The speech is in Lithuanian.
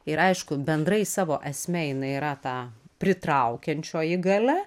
ir aišku bendrai savo esme jinai yra ta pritraukiančioji galia